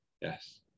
Yes